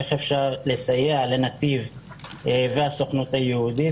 איך אפשר לסייע לנתיב והסוכנות היהודית,